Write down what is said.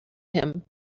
him